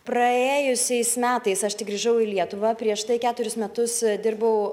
praėjusiais metais aš tik grįžau į lietuvą prieš tai keturis metus dirbau